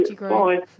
Bye